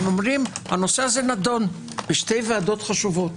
הם אומרים: הנושא הזה נדון בשתי ועדות חשובות: